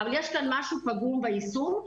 אבל יש משהו פגום ביישום.